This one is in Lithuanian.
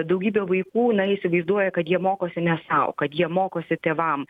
daugybė vaikų na įsivaizduoja kad jie mokosi ne sau kad jie mokosi tėvam